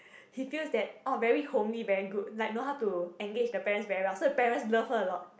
he feels that oh very homely very good like know how to engage the parent very well so parent love her a lot